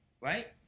Right